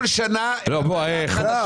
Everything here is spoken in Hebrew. אין לנו ברירה.